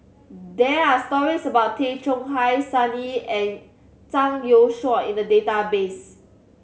there are stories about Tay Chong Hai Sun Yee and Zhang Youshuo in the database